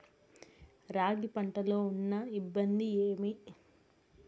రాగి పంటలో ఉన్న ఇబ్బంది ఏమి?